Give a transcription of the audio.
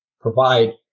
provide